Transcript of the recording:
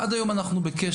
עד היום אנחנו בקשר.